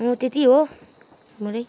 म त्यति हो मुरै